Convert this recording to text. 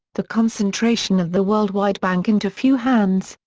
the concentration of the worldwide bank into few hands,